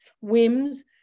whims